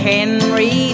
Henry